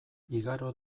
igaro